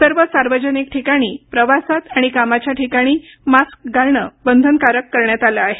सर्व सार्वजनिक ठिकाणी प्रवासात आणि कामाच्या ठिकाणी मास्क घालणं बंधनकारक करण्यात आलं आहे